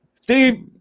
Steve